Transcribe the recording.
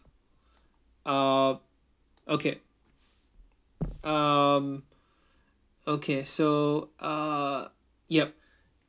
uh okay um okay so uh yup